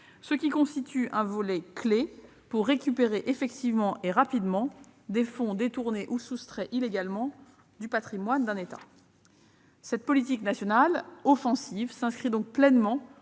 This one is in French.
ce qui constitue un volet clé pour récupérer, effectivement et rapidement, les fonds détournés ou soustraits illégalement du patrimoine d'un État. Cette politique nationale offensive s'inscrit donc pleinement